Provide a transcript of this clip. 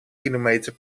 kilometer